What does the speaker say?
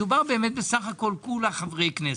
מדובר בסך הכול בחברי כנסת,